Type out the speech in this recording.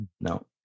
no